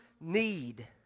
need